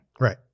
Right